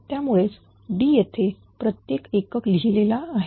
त्यामुळेच D येथे प्रत्येक एकक लिहिलेला आहे